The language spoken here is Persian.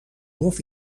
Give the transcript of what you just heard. گفت